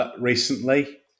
recently